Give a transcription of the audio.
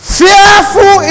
fearful